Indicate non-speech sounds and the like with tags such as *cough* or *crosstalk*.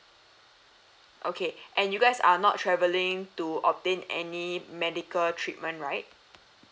okay *breath* and you guys are not travelling to obtain any medical treatment right